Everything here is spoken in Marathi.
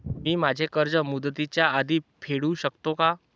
मी माझे कर्ज मुदतीच्या आधी फेडू शकते का?